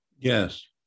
Yes